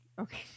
Okay